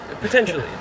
potentially